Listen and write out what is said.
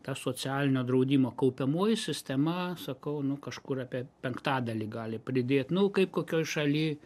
ta socialinio draudimo kaupiamoji sistema sakau nu kažkur apie penktadalį gali pridėt nu kaip kokioj šaly